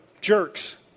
jerks